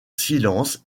silence